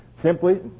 Simply